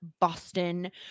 Boston